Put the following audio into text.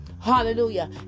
Hallelujah